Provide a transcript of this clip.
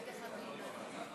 תקיפת עובד חינוך),